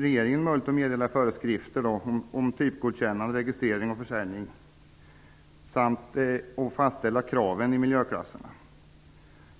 regeringen möjlighet att meddela föreskrifter om typgodkännande, registrering och försäljning samt att fastställa kraven i miljöklasserna.